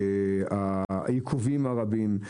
העיכובים הרבים,